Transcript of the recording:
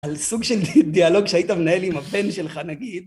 על סוג של דיאלוג שהיית מנהל עם הבן שלך נגיד.